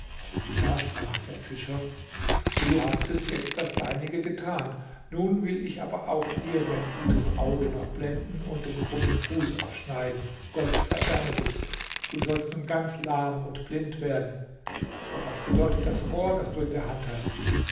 da sprach der fischer du hast bis jetzt das deinige getan nun will ich aber auch dir dein gutes auge noch blenden und den krummen fuß abschneiden gott verdamme dich du sollst nun ganz lahm und blind werden doch was bedeutet das rohr das du in der hand hast